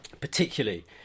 particularly